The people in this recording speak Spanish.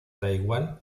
taiwán